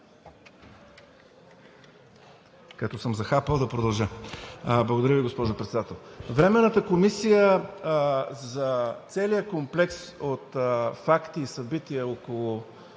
Като съм захапал, да продължа. Благодаря Ви, госпожо Председател. Временната комисия за целия комплекс от факти и събития около